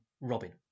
Robin